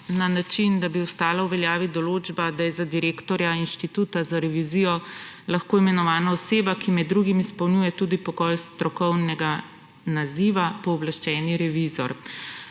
na način, da bi ostala v veljavi določba, da je za direktorja Inštituta za revizijo lahko imenovana oseba, ki med drugim izpolnjuje tudi pogoj strokovnega naziva pooblaščeni revizor.